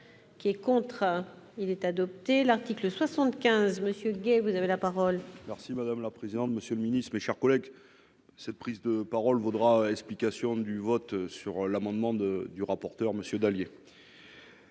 qui est contre, il est adopté l'article 75 Monsieur Gay, vous avez la parole. Merci madame la présidente, monsieur le Ministre, mes chers collègues, cette prise de parole vaudra explication du vote sur l'amendement de du rapporteur monsieur Dallier.